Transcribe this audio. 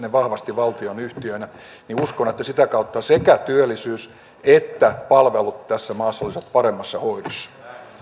ne vahvasti valtionyhtiöinä niin uskon että sitä kautta sekä työllisyys että palvelut tässä maassa olisivat paremmassa hoidossa